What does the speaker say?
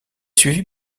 suivi